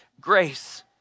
grace